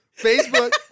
Facebook